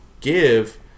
give